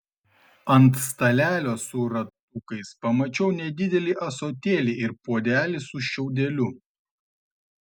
ant stalelio su ratukais pamačiau nedidelį ąsotėlį ir puodelį su šiaudeliu